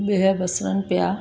बिह बसरनि पिया